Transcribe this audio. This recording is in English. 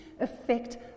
affect